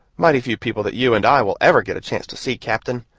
mighty few people that you and i will ever get a chance to see, captain.